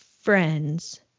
friends